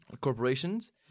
corporations